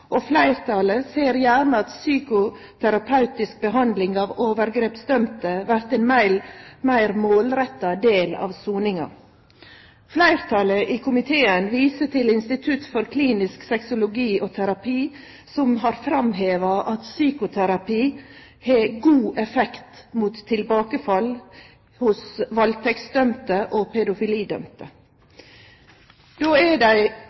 og fleirtalet ser gjerne at psykoterapeutisk behandling av overgrepsdømde vert ein meir målretta del av soninga. Fleirtalet i komiteen viser til Institutt for klinisk sexologi og terapi, som har framheva at psykoterapi har god effekt mot tilbakefall hos valdtektsdømde og pedofilidømde. Då er